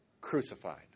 crucified